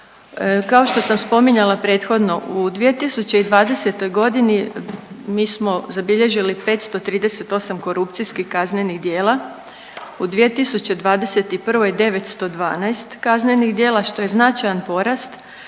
Kao što sam spominjala prethodno, u 2020.g. mi smo zabilježili 538 korupcijskih kaznenih djela, u 2021. 912 kaznenih djela što je značajan porast